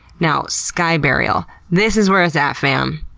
now, sky burial. this is where it's at, fam.